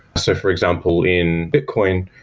so for example, in bitcoin,